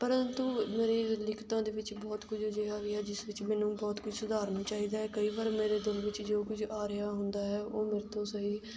ਪਰੰਤੂ ਮੇਰੀ ਲਿਖਤਾਂ ਦੇ ਵਿੱਚ ਬਹੁਤ ਕੁਝ ਅਜਿਹਾ ਵੀ ਹੈ ਜਿਸ ਵਿੱਚ ਮੈਨੂੰ ਬਹੁਤ ਕੁਛ ਸੁਧਾਰਨ ਚਾਹੀਦਾ ਹੈ ਕਈ ਵਾਰ ਮੇਰੇ ਦਿਲ ਵਿੱਚ ਜੋ ਕੁਝ ਆ ਰਿਹਾ ਹੁੰਦਾ ਹੈ ਉਹ ਮੇਰੇ ਤੋਂ ਸਹੀ